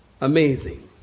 Amazing